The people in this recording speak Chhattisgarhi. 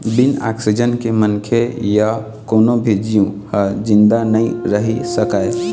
बिन ऑक्सीजन के मनखे य कोनो भी जींव ह जिंदा नइ रहि सकय